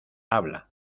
habla